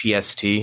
PST